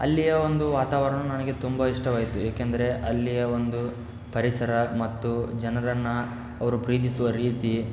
ಅಲ್ಲಿಯ ಒಂದು ವಾತಾವರಣವು ನನಗೆ ತುಂಬ ಇಷ್ಟವಾಯಿತು ಏಕೆಂದರೆ ಅಲ್ಲಿಯ ಒಂದು ಪರಿಸರ ಮತ್ತು ಜನರನ್ನು ಅವರು ಪ್ರೀತಿಸುವ ರೀತಿ